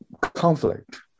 conflict